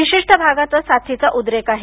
विशिष्ट भागातच साथीचा उद्रेक आहे